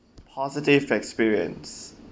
positive experience